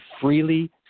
freely